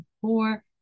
four